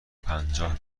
پنجاه